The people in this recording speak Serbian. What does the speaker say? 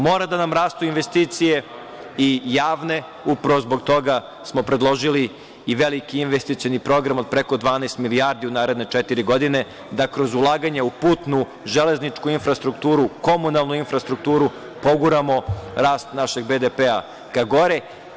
Mora da nam rastu investicije i javne, upravo zbog toga smo predložili i veliki investicioni program od preko 12 milijardi u naredne četiri godine, da kroz ulaganje u putnu, železničku infrastrukturu, komunalnu infrastrukturu poguramo rast našeg BDP-a ka gore.